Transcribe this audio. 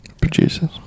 Producers